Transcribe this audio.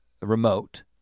remote